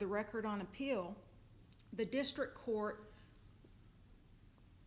the record on appeal the district court